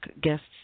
guests